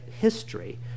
history